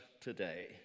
today